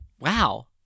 Wow